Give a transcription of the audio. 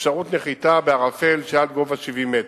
אפשרות נחיתה בערפל שעד גובה 70 מטר.